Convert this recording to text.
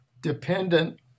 dependent